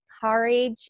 courage